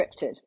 scripted